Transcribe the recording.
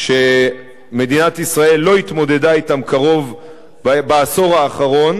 שמדינת ישראל לא התמודדה אתם בעשור האחרון,